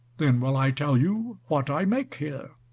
then will i tell you what i make here.